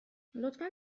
لطفا